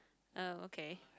uh okay